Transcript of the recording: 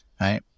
right